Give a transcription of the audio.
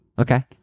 Okay